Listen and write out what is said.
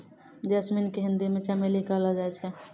jasmine के हिंदी मे चमेली कहलो जाय छै